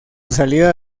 salida